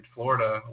Florida